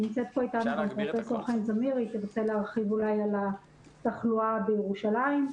נמצאת איתנו גם פרופ' זמיר שתרצה אולי להרחיב על התחלואה בירושלים.